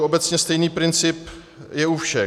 Obecně stejný princip je u všech.